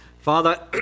Father